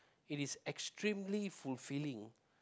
it is extremely fulfilling